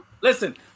listen